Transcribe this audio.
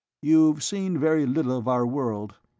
you've seen very little of our world,